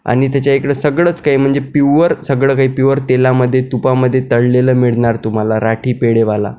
आणि त्याच्या इकडं सगळंच काही म्हणजे प्युअर सगळं काही प्युअर तेलामध्ये तुपामध्ये तळलेलं मिळणार तुम्हाला राठी पेढेवाला